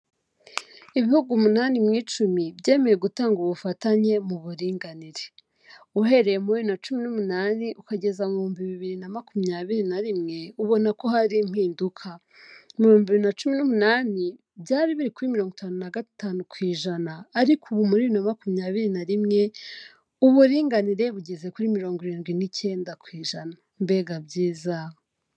Ibihugu umunani mu icumi byemeye gutanga ubufatanye mu buringanire. Uhereye muri bibiri na cumi n'umunani ukageza mu ibihumbi bibiri na makumyabiri na rimwe ubona ko hari impinduka. Mu bihumbi bibiri na cumi n'umunani byari biri kuri mirongo itanu na gatanu ku ijana ariko ubu muri bibiri na makumyabiri nari rimwe, uburinganire bugeze kuri mirongo irindwi n'icyenda ku ijana. Mbega byiza!